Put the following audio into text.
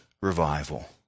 revival